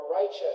righteous